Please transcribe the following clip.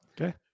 Okay